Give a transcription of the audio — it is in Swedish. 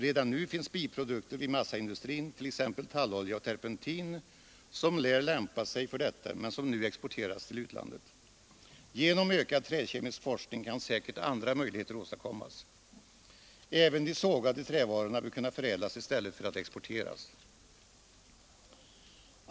Redan nu finns biprodukter i massaindustrin, t.ex. tallolja och terpentin, som lär lämpa sig för detta men som nu exporteras till utlandet. Genom ökad träkemisk forskning kan säkert andra möjligheter åstadkommas. Även de sågade trävarorna bör kunna förädlas i stället för att exporteras.